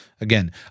Again